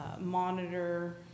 monitor